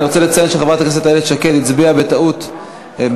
אני רוצה לציין שחברת הכנסת איילת שקד הצביעה בטעות בעד,